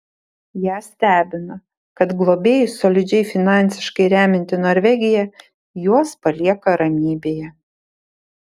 ją stebina kad globėjus solidžiai finansiškai remianti norvegija juos palieka ramybėje